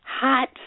hot